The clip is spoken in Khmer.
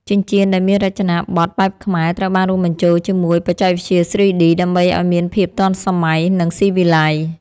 ចិញ្ចៀនដែលមានរចនាប័ទ្មបែបខ្មែរត្រូវបានរួមបញ្ចូលជាមួយបច្ចេកវិទ្យា 3D ដើម្បីឱ្យមានភាពទាន់សម័យ និង ស៊ីវិល័យ។